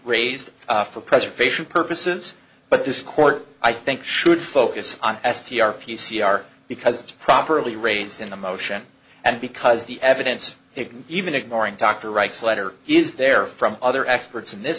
raised for preservation purposes but this court i think should focus on s t r p c r because it's properly raised in the motion and because the evidence even ignoring dr reichs letter is there from other experts in this